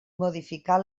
modificar